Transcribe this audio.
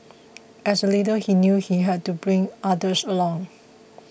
as a leader he knew he had to bring others along